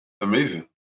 Amazing